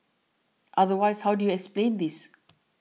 otherwise how do you explain this